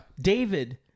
David